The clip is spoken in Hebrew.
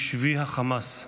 בשבי החמאס,